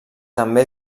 també